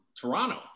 Toronto